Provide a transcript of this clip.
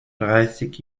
dreißig